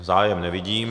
Zájem nevidím.